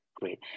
Great